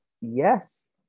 yes